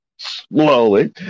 slowly